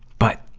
but,